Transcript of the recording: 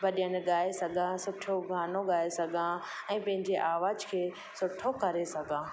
भॼन गाइ सघां सुठो गानो ॻाए सघां ऐं पंहिंजी आवाज़ खे सुठो करे सघां